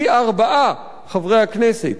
חברי הכנסת,